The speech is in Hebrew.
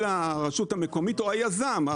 של הרשות המקומית או של היזם.